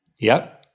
yep.